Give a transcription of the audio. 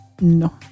no